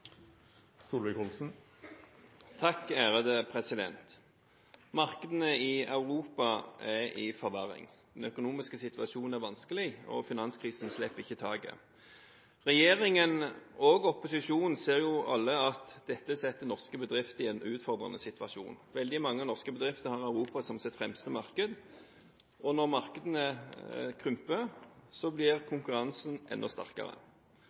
Markedene i Europa er i forverring. Den økonomiske situasjonen er vanskelig, og finanskrisen slipper ikke taket. Regjeringen og opposisjonen ser alle at dette setter norske bedrifter i en utfordrende situasjon. Veldig mange norske bedrifter har Europa som sitt fremste marked, og når markedene krymper, blir konkurransen enda sterkere.